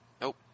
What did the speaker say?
Nope